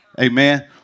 amen